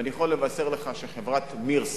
ואני יכול לבשר לך שחברת "מירס",